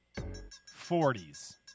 40s